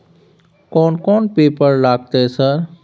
कोन कौन पेपर लगतै सर?